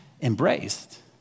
embraced